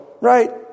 Right